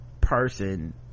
person